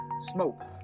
smoke